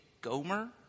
Gomer